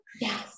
Yes